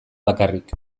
bakarrik